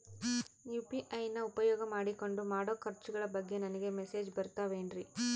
UPI ನ ಉಪಯೋಗ ಮಾಡಿಕೊಂಡು ಮಾಡೋ ಖರ್ಚುಗಳ ಬಗ್ಗೆ ನನಗೆ ಮೆಸೇಜ್ ಬರುತ್ತಾವೇನ್ರಿ?